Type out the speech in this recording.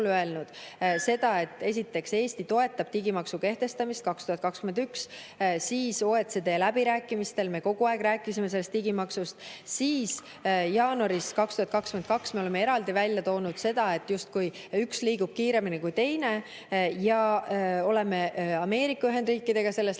seda, et esiteks, Eesti toetab digimaksu kehtestamist 2021. Siis OECD läbirääkimistel me kogu aeg rääkisime sellest digimaksust. Siis jaanuaris 2022 me oleme eraldi välja toonud seda, et justkui üks liigub kiiremini kui teine. Ja oleme Ameerika Ühendriikidega selle